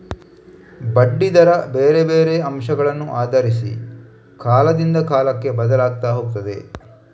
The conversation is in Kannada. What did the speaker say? ಬಡ್ಡಿ ದರ ಬೇರೆ ಬೇರೆ ಅಂಶಗಳನ್ನ ಆಧರಿಸಿ ಕಾಲದಿಂದ ಕಾಲಕ್ಕೆ ಬದ್ಲಾಗ್ತಾ ಹೋಗ್ತದೆ